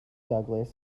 douglas